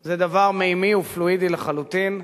זה דבר מימי ופלואידי לחלוטין,